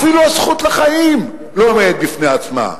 אפילו הזכות לחיים לא עומדת בפני עצמה.